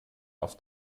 auf